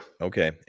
Okay